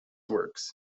works